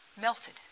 melted